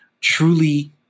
truly